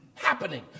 happening